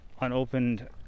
unopened